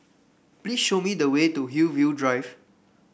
please show me the way to Hillview Drive